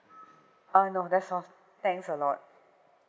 uh no that's all thanks a lot